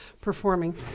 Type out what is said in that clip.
performing